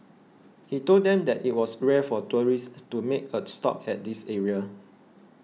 he told them that it was rare for tourists to make a stop at this area